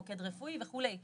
מוקד רפואי וכולי,